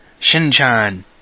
Shinchan